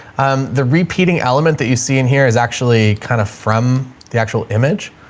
um, the repeating element that you see in here is actually kind of from the actual image,